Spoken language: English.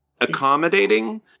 accommodating